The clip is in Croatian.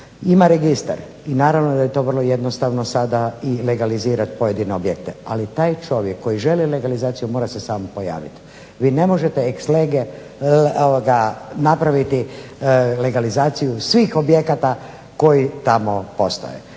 Ima registar i naravno da je to vrlo jednostavno sada i legalizirat pojedine objekte, ali taj čovjek koji želi legalizaciju mora se sam pojaviti. Vi ne možete ex lege napraviti legalizaciju svih objekata koji tamo postoje.